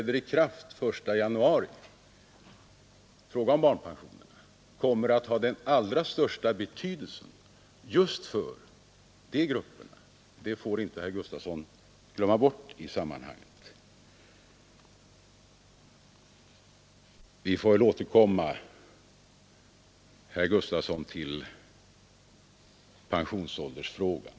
Men herr Gustavsson får inte glömma att den reform vad gäller barnpensionen som träder i kraft den 1 januari 1974 kommer att ha den största betydelsen just för dessa grupper. Vi får väl återkomma, herr Gustavsson, till pensionsåldersfrågan.